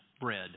bread